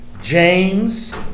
James